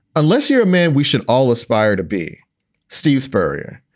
unless you're a man, we should all aspire to be steve spurrier.